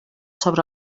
sobre